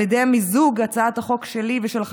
על ידי מיזוג הצעת החוק שלי עם הצעות החוק